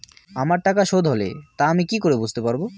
আমার টাকা শোধ হলে তা আমি কি করে বুঝতে পা?